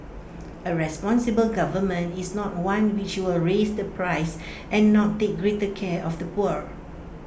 A responsible government is not one which will raise the price and not take greater care of the poor